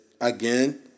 again